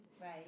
Right